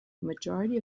majority